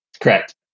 Correct